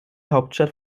hauptstadt